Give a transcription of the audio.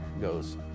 goes